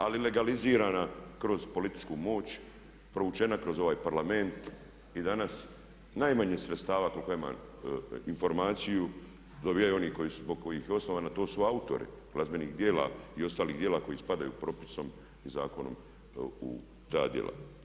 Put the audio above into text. Ali legalizirana kroz političku moć, provučena kroz ovaj parlament i danas najmanje sredstava koliko ja imam informaciju dobivaju oni zbog kojih je osnovana, to su autori glazbenih dijela i ostalih djela koji spadaju propisom i zakonom u ta djela.